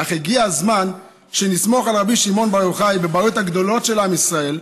אך הגיע הזמן שנסמוך על רבי שמעון בר יוחאי בבעיות הגדולות של עם ישראל,